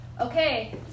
Okay